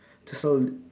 so